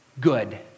Good